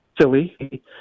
silly